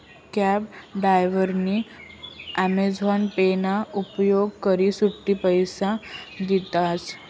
cab डायव्हरनी Amazon पे ना उपेग करी सुट्टा पैसा दिनात